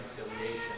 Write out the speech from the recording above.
reconciliation